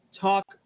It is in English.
talk